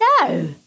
No